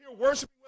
worshiping